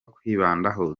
kwibandaho